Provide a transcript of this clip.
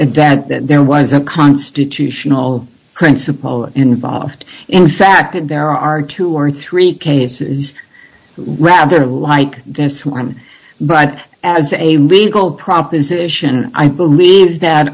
and that there was a constitutional principle involved in fact and there are two or three cases rather like this one but as a legal proposition i believe that